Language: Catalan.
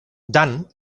dant